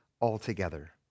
altogether